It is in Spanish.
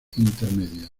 intermedia